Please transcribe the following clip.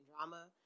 drama